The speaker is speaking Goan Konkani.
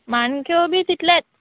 माणक्यो बी तितलेंत